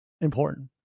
important